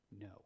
no